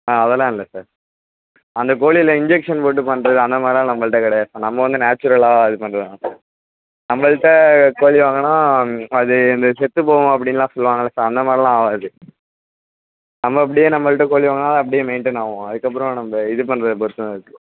ஆ அதெல்லாம் இல்லை சார் அந்தக் கோழில இன்ஜெக்ஷன் போட்டு பண்ணுறது அந்த மாதிரிலாம் நம்மள்கிட்ட கிடையாது சார் நம்ம வந்து நேச்சுரலாக இது பண்ணுறது தான் சார் நம்மள்கிட்ட கோழி வாங்கினா அது இந்த செத்து போகும் அப்படின்னுலாம் சொல்லுவாங்கள்ல சார் அந்த மாதிரிலாம் ஆகாது நம்ம அப்படியே நம்மள்கிட்ட கோழி வாங்கினா அப்படியே மெயின்டைன் ஆகும் அதுக்கப்புறம் நம்ம இது பண்றதை பொறுத்து தான் இருக்குது